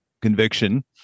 conviction